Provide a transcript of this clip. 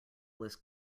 was